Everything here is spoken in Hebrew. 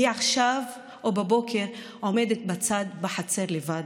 והיא עכשיו, או בבוקר, עומדת בצד בחצר, לבד,